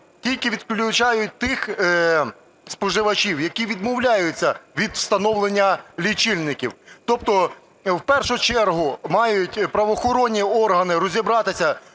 тільки відключають тих споживачів, які відмовляються від встановлення лічильників. Тобто в першу чергу мають правоохоронні органи розібратися,